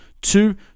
Two